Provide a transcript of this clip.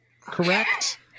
correct